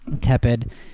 tepid